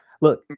Look